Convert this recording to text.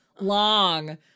long